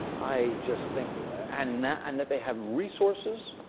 i just think and that and that they have resources.